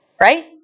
Right